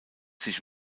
sich